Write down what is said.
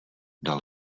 dal